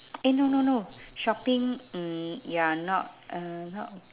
eh no no no shopping mm ya not um not